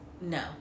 no